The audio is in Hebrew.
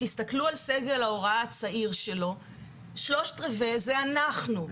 תסתכלו על סגל ההוראה הצעיר שלו - שלושת רבעי זה אנחנו.